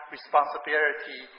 responsibility